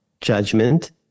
judgment